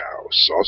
house